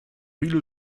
viele